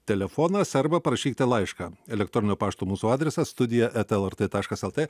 telefonas arba parašykite laišką elektroninio pašto mūsų adresas studija eta lrt taškas lt